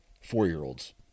four-year-olds